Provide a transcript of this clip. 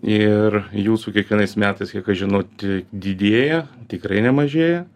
ir jų su kiekvienais metais kiek aš žinau ti didėja tikrai nemažėja